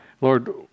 Lord